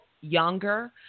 younger